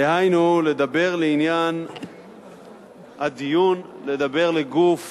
דהיינו לדבר לעניין הדיון, לדבר לגוף